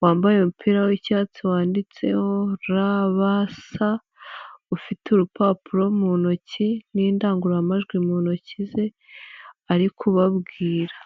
wambaye umupira w'icyatsi wanditseho ra, ba, sa ufite urupapuro mu ntoki n'indangururamajwi mu ntoki ze ari kubabwira.